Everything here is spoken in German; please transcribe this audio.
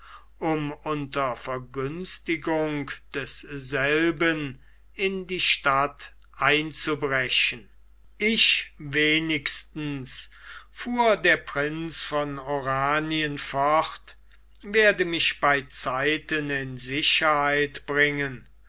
um unter vergünstigung desselben in die stadt einzubrechen ich wenigstens fuhr der prinz von oranien fort werde mich bei zeiten in sicherheit bringen